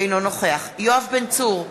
אינו נוכח יואב בן צור,